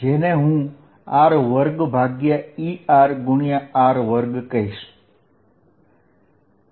અને તેથી હું કહી શકીશ કે આ Er R2r2 છે